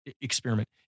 experiment